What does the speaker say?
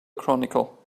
chronicle